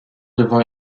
devant